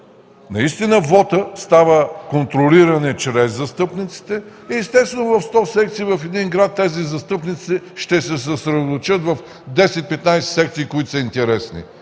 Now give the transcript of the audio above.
наистина вотът става контролиран и чрез застъпниците и естествено в 100 секции в един град тези застъпници ще се съсредоточат в 10-15 секции, които са интересни,